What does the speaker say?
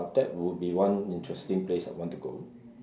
that would be one interesting place I want to go